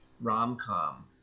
rom-com